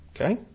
okay